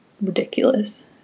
Ridiculous